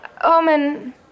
Omen